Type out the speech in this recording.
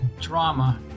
drama